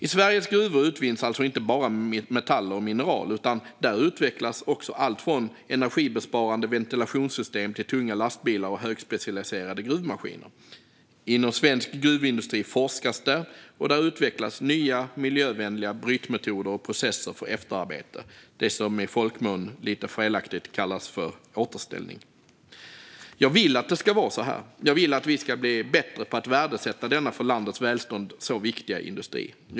I Sveriges gruvor utvinns alltså inte bara metaller och mineral, utan där utvecklas också allt från energibesparande ventilationssystem till tunga lastbilar och högspecialiserade gruvmaskiner. Inom svensk gruvindustri forskas det, och det utvecklas nya miljövänliga brytmetoder och processer för efterarbete - det som i folkmun felaktigt kallas för återställning. Jag vill att det ska vara så. Jag vill att vi ska bli bättre på att värdesätta denna för landets välstånd viktiga industri.